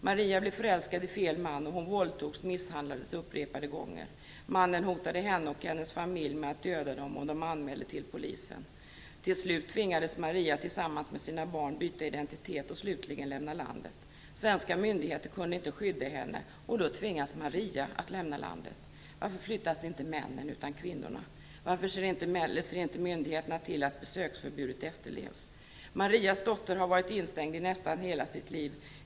Maria blev förälskad i fel man. Hon våldtogs och misshandlades upprepade gånger. Mannen hotade henne och hennes familj med att döda dem om de anmälde honom till polisen. Till slut tvingades Maria tillsammans med sina barn att byta identitet och slutligen att lämna landet. Svenska myndigheter kunde inte skydda henne, och då tvingas Maria att lämna landet. Marias dotter har varit instängd i nästan hela sitt liv.